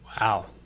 Wow